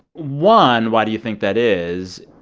one, why do you think that is?